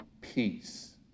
peace